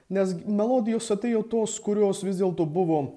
nes melodijos atėjo tos kurios vis dėlto buvo